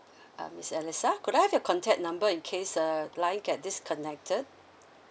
uh miss alisa could I have your contact number in case uh line get disconnected